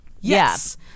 Yes